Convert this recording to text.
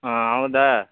ಹಾಂ ಹೌದಾ